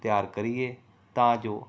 ਤਿਆਰ ਕਰੀਏ ਤਾਂ ਜੋ